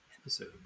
episode